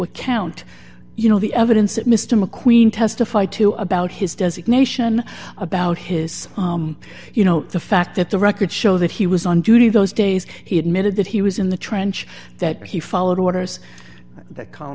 account you know the evidence that mr mcqueen testified to about his designation about his you know the fact that the records show that he was on duty those days he admitted that he was in the trench that he followed orders that cal